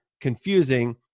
confusing